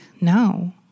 No